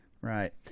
Right